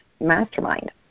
mastermind